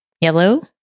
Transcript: yellow